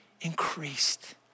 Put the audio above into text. increased